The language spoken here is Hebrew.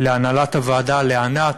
להנהלת הוועדה, לענת,